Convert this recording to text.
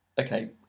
Okay